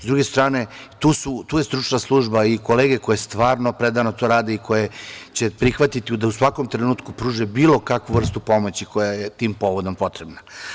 S druge strane, tu je stručna služba i kolege koje stvarno predano to rade i koje će prihvatiti da u svakom trenutku pruže bilo kakvu vrstu pomoći koja je tim povodom potrebna.